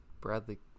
Bradley